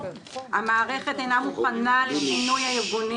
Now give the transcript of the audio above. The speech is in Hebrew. המערכת אינה מוכנה לשינוי הארגוני.